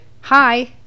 hi